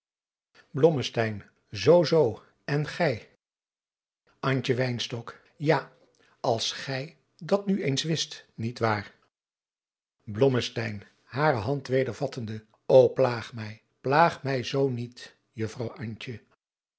zoo zoo en gij antje wynstok ja als gij dat nu eens wist niet waar blommesteyn hare hand weder vattende o plaag mij plaag mij zoo niet juffrouw